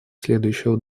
следующего